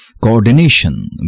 coordination